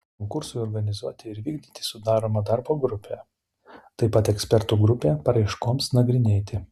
konkursui organizuoti ir vykdyti sudaroma darbo grupė taip pat ekspertų grupė paraiškoms nagrinėti